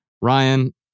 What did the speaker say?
Ryan